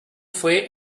fue